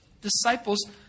Disciples